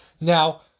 Now